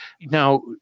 Now